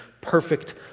perfect